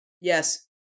Yes